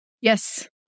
Yes